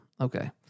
okay